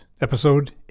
episode